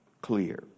clear